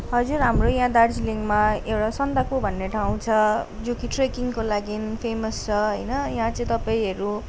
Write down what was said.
हजुर हाम्रो यहाँ दार्जिलिङमा एउटा सन्दकपू भन्ने ठाउँ छ जो कि ट्रेकिङको लागि फेमस छ होइन यहाँ चाहिँ तपाईँहरू